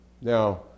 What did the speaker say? Now